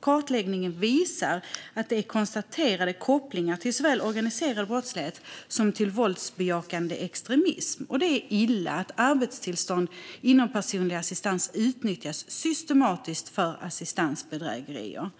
Kartläggningen visar på konstaterade kopplingar till såväl organiserad brottslighet som våldsbejakande extremism. Det är illa att arbetstillstånd inom personlig assistans utnyttjas systematiskt för assistansbedrägerier.